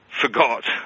forgot